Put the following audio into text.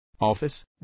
office